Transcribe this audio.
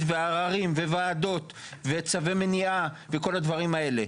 ועררים וועדות וצווי מניעה וכל הדברים האלה.